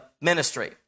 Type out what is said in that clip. ministry